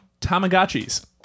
Tamagotchis